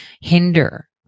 hinder